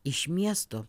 iš miesto